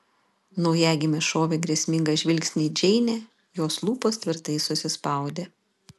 naujagimė šovė grėsmingą žvilgsnį į džeinę jos lūpos tvirtai susispaudė